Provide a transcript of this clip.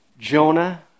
Jonah